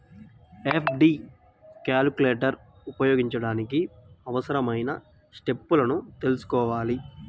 FD calculator ఉపయోగించడానికి అవసరమైన స్టెప్పులను తెల్సుకోవాలి